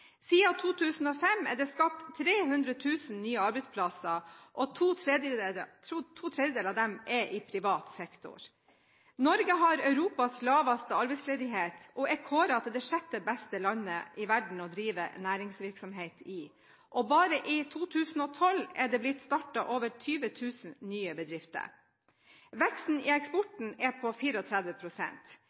Siden 2005 er det skapt 300 000 nye arbeidsplasser. To tredjedeler av dem er i privat sektor. Norge har Europas laveste arbeidsledighet og er kåret til det sjette beste landet i verden å drive næringsvirksomhet i. Bare i 2012 er det blitt startet over 20 000 nye bedrifter. Veksten i eksporten er på